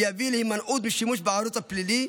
ויביא להימנעות משימוש בערוץ הפלילי,